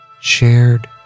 shared